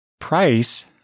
price